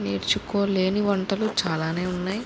నేర్చుకోలేని వంటలు చాలానే ఉన్నాయి